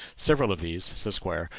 several of these, says squier,